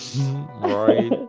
Right